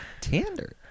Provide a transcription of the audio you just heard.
tender